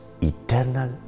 eternal